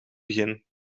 begin